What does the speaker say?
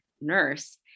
nurse